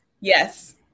Yes